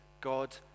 God